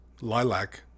lilac